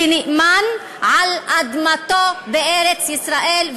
כנאמן על אדמתו בארץ-ישראל,